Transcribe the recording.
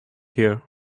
here